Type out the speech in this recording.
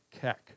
Keck